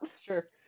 sure